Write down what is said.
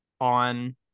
on